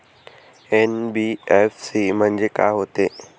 NBFC म्हणजे का होते?